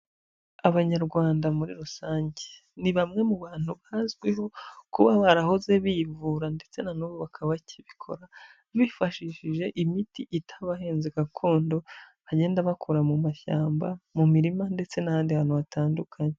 Abanyarwanda muri rusange ni bamwe mu bantu bazwiho kuba barahoze bivura ndetse na n'ubu bakaba bakibikora bifashishije imiti itabahinze gakondo bagenda bakora mu mashyamba, mu mirima ndetse n'ahandi hantu hatandukanye.